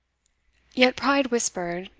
yet pride whispered,